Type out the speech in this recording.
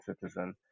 citizen